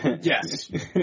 Yes